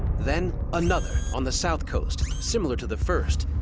then, another on the south coast similar to the first,